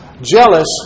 jealous